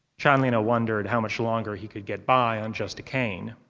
chanlina wondered how much longer he could get by on just a cane.